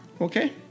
Okay